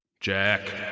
Jack